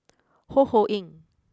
Ho Ho Ying